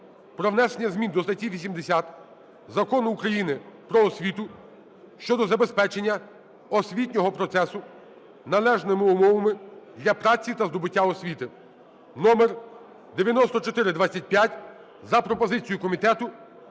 про внесення змін до статті 80 Закону України "Про освіту" щодо забезпечення освітнього процесу належними умовами для праці та здобуття освіти (№ 9425) за пропозицією комітету